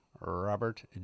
Robert